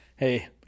Hey